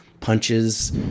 punches